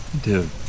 dude